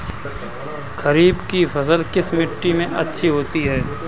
खरीफ की फसल किस मिट्टी में अच्छी होती है?